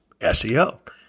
SEO